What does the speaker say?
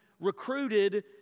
recruited